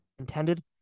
intended